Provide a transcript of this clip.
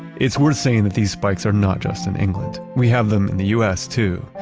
it's worth saying that these spikes are not just in england. we have them in the u s. too.